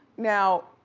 now,